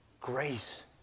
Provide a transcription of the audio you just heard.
Grace